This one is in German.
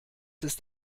ist